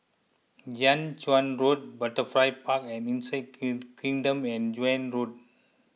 Jiak Chuan Road Butterfly Park and Insect Kingdom and Joan Road